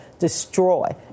destroy